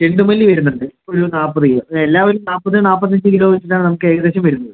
ചെണ്ടുമല്ലി വരുന്നുണ്ട് ഒരു നാല്പത് കിലോ എല്ലാം ഒരു നാല്പത് നാല്പത്തിയഞ്ച് കിലോ വച്ചിട്ട് ആണ് നമ്മൾക്ക് ഏകദേശം വരുന്നത്